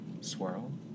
Swirl